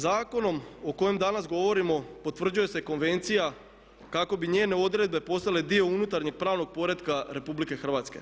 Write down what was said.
Zakonom o kojem danas govorimo potvrđuje se konvencija kako bi njene odredbe postale dio unutarnjeg pravnog poretka RH.